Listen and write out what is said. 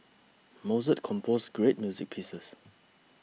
Mozart composed great music pieces